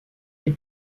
des